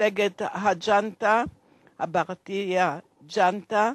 ממפלגת בהרטיה ג׳נטה,